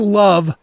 love